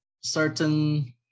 certain